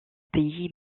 pays